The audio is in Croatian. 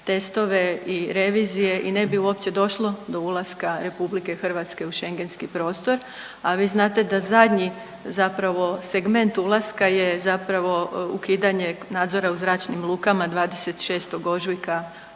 testove i revizije i ne bi uopće došlo do ulaska RH u šengenski prostor, a vi znate da zadnji zapravo segment ulaska je zapravo ukidanje nadzora u zračnim lukama 26. ožujka